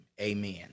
Amen